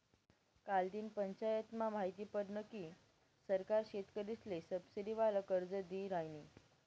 कालदिन पंचायतमा माहिती पडनं की सरकार शेतकरीसले सबसिडीवालं कर्ज दी रायनी